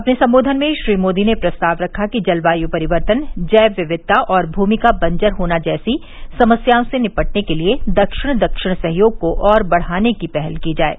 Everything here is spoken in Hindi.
अपने सम्बोधन में श्री मोदी ने प्रस्ताव रखा कि जलवायू परिवर्तन जैव विविधता और भूमि का बंजर होना जैसी समस्याओं से निपटने के लिए दक्षिण दक्षिण सहयोग को और बढ़ाने की पहल की जाये